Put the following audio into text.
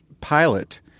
pilot